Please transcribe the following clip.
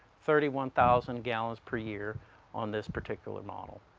thirty one thousand gallons per year on this particular model.